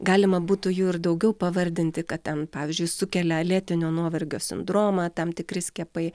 galima būtų jų ir daugiau pavardinti kad ten pavyzdžiui sukelia lėtinio nuovargio sindromą tam tikri skiepai